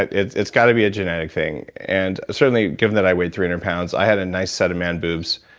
it's got got to be a genetic thing. and certainly given that i weighed three hundred pounds, i had a nice set of man boobs.